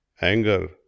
anger